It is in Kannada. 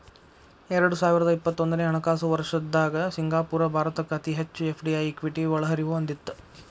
ಎರಡು ಸಾವಿರದ ಇಪ್ಪತ್ತೊಂದನೆ ಹಣಕಾಸು ವರ್ಷದ್ದಾಗ ಸಿಂಗಾಪುರ ಭಾರತಕ್ಕ ಅತಿ ಹೆಚ್ಚು ಎಫ್.ಡಿ.ಐ ಇಕ್ವಿಟಿ ಒಳಹರಿವು ಹೊಂದಿತ್ತ